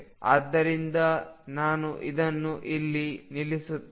ಆದ್ದರಿಂದ ನಾವು ಇದನ್ನು ಇಲ್ಲಿ ನಿಲ್ಲಿಸುತ್ತೇವೆ